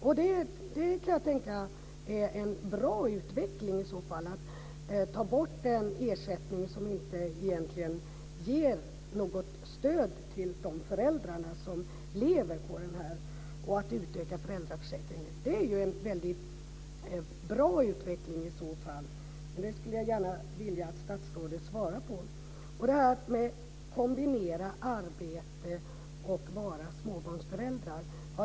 Jag kan tänka att det är en bra utveckling att ta bort en ersättning som egentligen inte ger något stöd till de föräldrar som lever på den och att utöka föräldraförsäkringen. Det är i så fall en bra utveckling. Det skulle jag gärna vilja att statsrådet svarade på. Så till det här med att kombinera arbete med att vara småbarnsförälder.